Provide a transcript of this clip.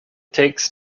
takes